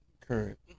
current